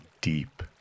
deep